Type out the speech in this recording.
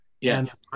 Yes